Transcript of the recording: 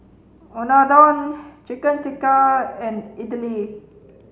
Unadon Chicken Tikka and Idili